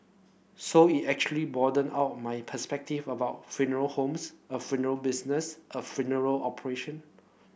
so it actually broadened out my perspective about funeral homes a funeral business a funeral operation